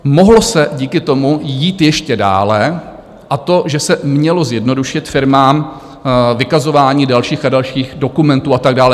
Mohlo se díky tomu jít ještě dále, a to že se mělo zjednodušit firmám vykazování dalších a dalších dokumentů a tak dále.